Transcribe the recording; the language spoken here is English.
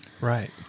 Right